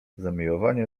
zamiłowanie